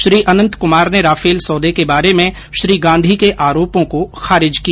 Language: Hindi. श्री अनंत कुमार ने राफेल सौदे के बारे में श्री गांधी के आरोपों को खारिज किया